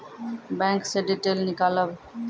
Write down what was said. Bank से detail नीकालव?